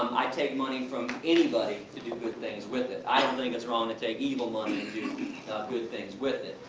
i take money from anybody to do good things with it, i don't think it's wrong to take evil money and do good things with it.